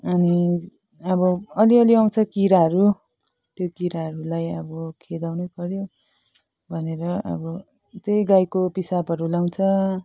अनि अब अलि अलि आउँछ किराहरू त्यो किराहरूलाई अब खेदाउनु पर्यो भनेर अब त्यही गाईको पिसाबहरू लगाउँछ